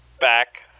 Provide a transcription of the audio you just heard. back